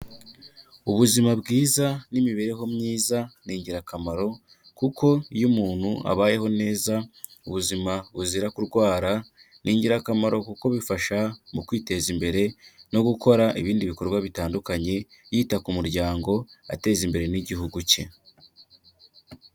Ubuzima bwiza n'imibereho myiza ni ingirakamaro kuko iyo umuntu abayeho neza ubuzima buzira kurwara, ni ingirakamaro kuko bifasha mu kwiteza imbere no gukora ibindi bikorwa bitandukanye yita ku muryango, ateza imbere n'igihugu cye.